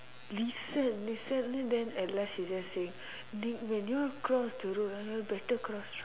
listen listen then then at last she just saying did you all cross the road ah better cross